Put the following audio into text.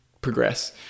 progress